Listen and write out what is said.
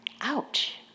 Ouch